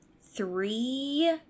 three